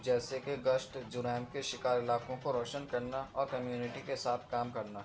جیسے کہ گشت جرائم کے شکار لاکھوں کو روشن کرنا اور کمیونٹی کے ساتھ کام کرنا